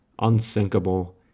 unsinkable